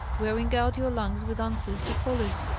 wearing out your lungs with answers to callers!